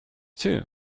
too